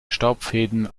staubfäden